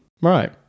Right